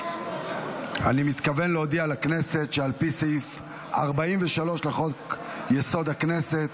אני מתכוון להודיע לכנסת שעל פי סעיף 143 לחוק-יסוד: הכנסת,